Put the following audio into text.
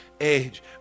age